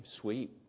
sweet